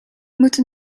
moeten